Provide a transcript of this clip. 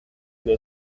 peut